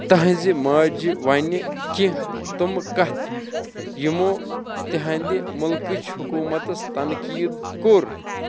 تٕہٕنٛزِ ماجہِ وَنہِ کیٚنٛہہ تِمہٕ کَتھ یِمو تِہٕنٛدِ مُلکٕچ حکوٗمتَس تنقیٖد کوٚر